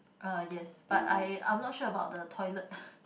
uh yes but I I'm not sure about the toilet